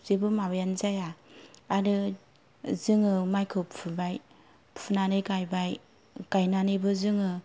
जेबो माबायानो जाया आरो जोङो माइखौ फुबाय फुनानै गायबाय गायनानैबो जोङो